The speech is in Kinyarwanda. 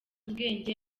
ubwenge